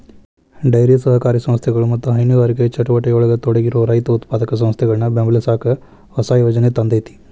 dairy ಸಹಕಾರಿ ಸಂಸ್ಥೆಗಳು ಮತ್ತ ಹೈನುಗಾರಿಕೆ ಚಟುವಟಿಕೆಯೊಳಗ ತೊಡಗಿರೋ ರೈತ ಉತ್ಪಾದಕ ಸಂಸ್ಥೆಗಳನ್ನ ಬೆಂಬಲಸಾಕ ಹೊಸ ಯೋಜನೆ ತಂದೇತಿ